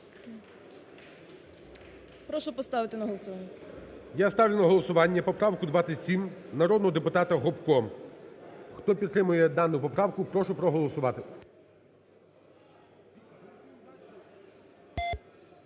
Прошу поставити на голосування. ГОЛОВУЮЧИЙ. Я ставлю на голосування поправку 27 народного депутата Гопко. Хто підтримує дану поправку, прошу проголосувати.